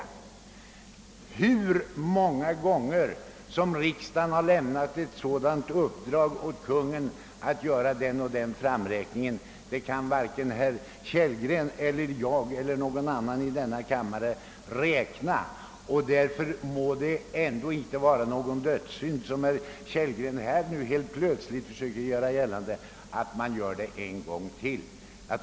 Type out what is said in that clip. Hur många gånger riksdagen har lämnat ett uppdrag åt Kungl. Maj:t att göra en sådan justering kan varken herr Kellgren, jag eller någon annan i denna kammare räkna. Därför må det inte heller nu vara någon dödssynd, såsom herr Kellgren helt plötsligt söker göra gällande, att man gör det ännu en gång.